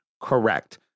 correct